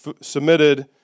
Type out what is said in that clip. submitted